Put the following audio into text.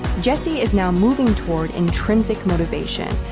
jesse is now moving toward intrinsic motivation,